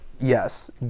yes